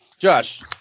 Josh